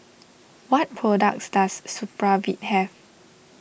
what products does Supravit have